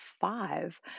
five